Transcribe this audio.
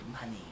Money